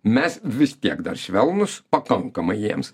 mes vis tiek dar švelnūs pakankamai jiems